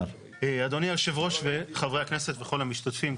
אדוני יושב הראש, חברי הכנסת וכל המשתתפים.